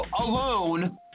alone